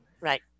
right